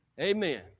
Amen